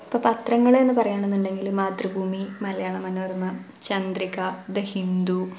ഇപ്പോൾ പത്രങ്ങളെന്ന് പറേണന്നൊണ്ടെങ്കില് മാതൃഭൂമി മലയാള മനോരമ ചന്ദ്രിക ദ ഹിന്ദു